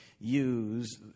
use